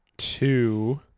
Two